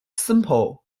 simple